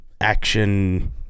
action